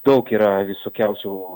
daug yra visokiausių